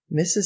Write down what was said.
mrs